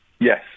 Yes